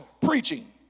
preaching